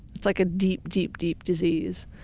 it's like a deep, deep, deep disease.